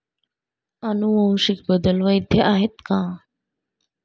अनुवांशिक बदल वैध आहेत का?